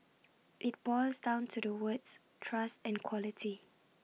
IT boils down to the words trust and quality